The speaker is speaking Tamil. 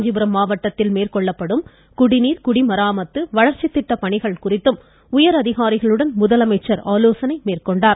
காஞ்சிபுரம் மாவட்டத்தில் மேற்கொள்ளப்படும் குடிநீர் குடிமராமத்து வளர்ச்சித் திட்டப் பணிகள் குறித்தும் உயர் அதிகாரிகளுடன் முதலமைச்சர் ஆய்வு மேற்கொண்டார்